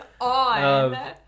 on